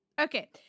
Okay